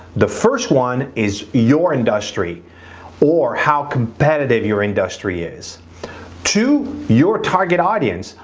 the first one is your industry or how competitive your industry is to your target audience.